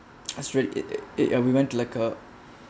it it uh we went to like a